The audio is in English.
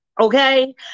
okay